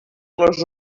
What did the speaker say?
les